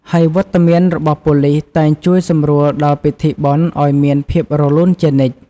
ហើយវត្តមានរបស់ប៉ូលីសតែងជួយសម្រួលដល់ពិធីបុណ្យឲ្យមានភាពរលូនជានិច្ច។